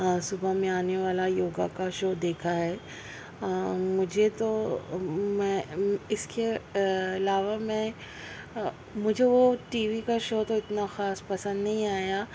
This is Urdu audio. صبح میں آنے والا یوگا کا شو دیکھا ہے مجھے تو میں اس کے علاوہ میں مجھے وہ ٹی وی کا شو تو اتنا خاص پسند نہیں آیا